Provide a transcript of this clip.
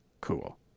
cool